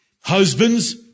Husbands